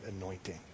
anointing